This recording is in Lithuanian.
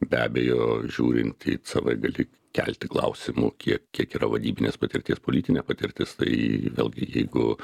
be abejo žiūrint į cv gali kelti klausimų kiek kiek yra vadybinės patirties politinė patirtis tai vėlgi jeigu